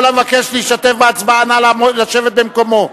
כל המבקש להשתתף בהצבעה נא לשבת במקומו.